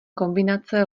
kombinace